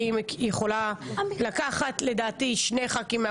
לדעתי היא יכולה לקחת שני חברי כנסת